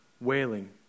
wailing